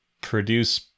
produce